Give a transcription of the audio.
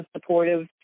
supportive